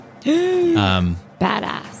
Badass